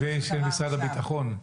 זה של משרד הביטחון?